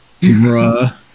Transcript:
Bruh